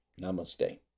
Namaste